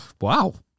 Wow